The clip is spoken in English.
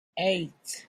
eight